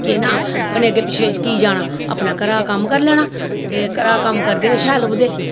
केह् नां कन्नै अग्गें पिच्छें कीऽ जाना अपने घरा कम्म करी लैना ते घरा दा कम्म करदे गै शैल लभदे